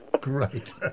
great